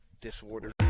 disorder